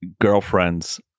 girlfriend's